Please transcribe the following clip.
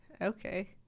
Okay